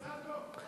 מזל טוב.